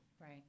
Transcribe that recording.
Right